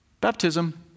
Baptism